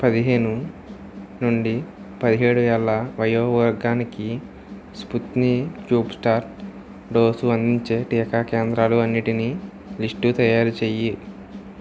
పదిహేను నుండి పదిహేడు ఏళ్ళ వయో వర్గానికి స్పుత్ని క్యూబ్స్టార్ డోసు అందించే టీకా కేంద్రాలు అన్నిటినీ లిస్టు తయారు చేయి